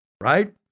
Right